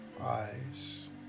eyes